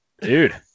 dude